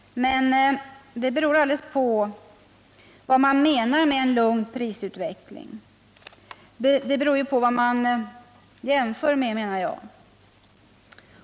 Men det beror alldeles på vad man menar med en lugn prisutveckling. Det beror ju på vad man jämför med, menar jag.